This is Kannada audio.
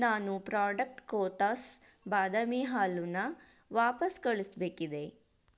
ನಾನು ಪ್ರಾಡಕ್ಟ್ ಕೋತಾಸ್ ಬಾದಾಮಿ ಹಾಲನ್ನು ವಾಪಸ್ ಕಳಿಸ್ಬೇಕಿದೆ